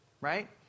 right